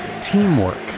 teamwork